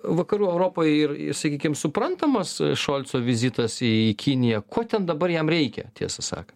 vakarų europai ir sakykim suprantamas šolco vizitas į kiniją ko ten dabar jam reikia tiesą